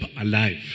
alive